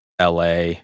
la